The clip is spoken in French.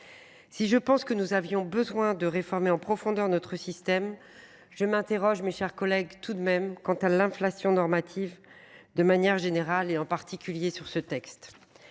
Si je pense que nous avions besoin de réformer en profondeur notre système. Je m'interroge, mes chers collègues, tout de même quant à l'inflation normative. De manière générale et en particulier sur ce texte.